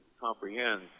comprehend